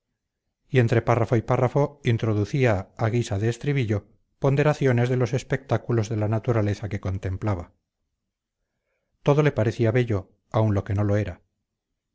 y entre párrafo y párrafo introducía a guisa de estribillo ponderaciones de los espectáculos de la naturaleza que contemplaba todo le parecía bello aun lo que no lo era